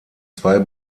zwei